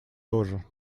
тоже